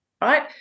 right